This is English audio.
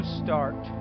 start